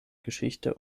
geschichte